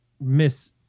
miss